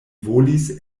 volis